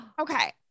Okay